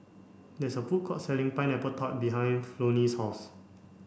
there is a food court selling pineapple tart behind Flonnie's house